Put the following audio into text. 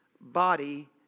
body